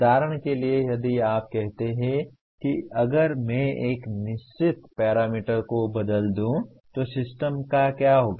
उदाहरण के लिए यदि आप कहते हैं कि अगर मैं एक निश्चित पैरामीटर को बदल दूं तो सिस्टम का क्या होगा